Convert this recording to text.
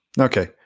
Okay